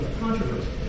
controversy